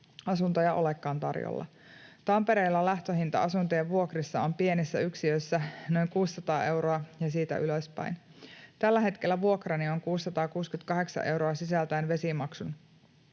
asuntoja olekaan tarjolla. Tampereella lähtöhinta asuntojen vuokrissa on pienissä yksiöissä noin 600 euroa ja siitä ylöspäin. Tällä hetkellä vuokrani on 668 euroa sisältäen vesimaksun.